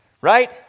right